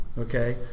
Okay